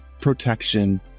protection